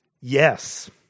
Yes